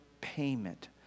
payment